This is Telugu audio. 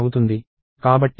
కాబట్టి 1 అనేది GCD అవుతుంది